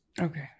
Okay